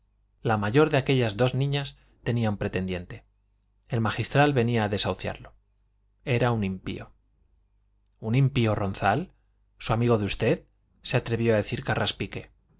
la mayor de aquellas dos niñas tenía un pretendiente el magistral venía a desahuciarlo era un impío un impío ronzal su amigo de usted se atrevió a decir